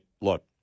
look